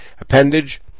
appendage